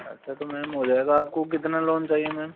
अच्छा तो मैम हो जाएगा आपको कितना लोन चाहिए मैम